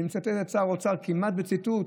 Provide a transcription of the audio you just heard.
אני מצטט את שר האוצר כמעט בציטוט,